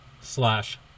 slash